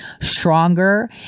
stronger